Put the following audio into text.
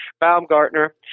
Baumgartner